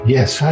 Yes